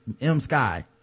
M-Sky